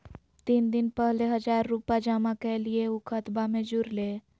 तीन दिन पहले हजार रूपा जमा कैलिये, ऊ खतबा में जुरले?